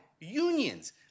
Unions